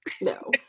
No